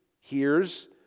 hears